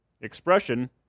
expression